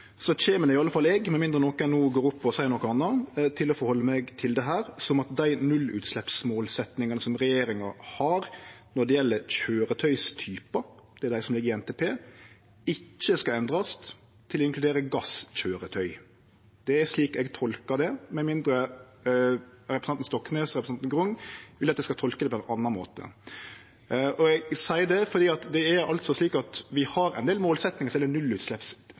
kjem iallfall eg – med mindre nokon no går opp og seier noko anna – til å halde meg til dette som at dei nullutsleppsmålsetjingane regjeringa har når det gjeld køyretøytypar, dei som ligg i NTP, ikkje skal endrast til å inkludere gasskøyretøy. Det er slik eg tolkar det – med mindre representantane Stoknes og Grung vil at eg skal tolke det på ein annan måte. Eg seier det, for det er altså slik at vi har ein del